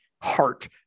heart